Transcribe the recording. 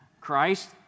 Christ